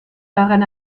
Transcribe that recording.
daran